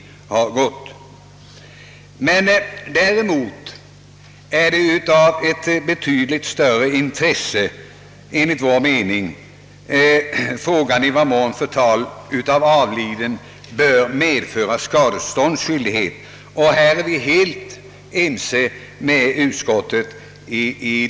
Däremot är det enligt vår mening av betydligt större intresse i vad mån förtal av avliden bör medföra skadeståndsskyldighet, och i detta avseende är vi helt ense med utskottet.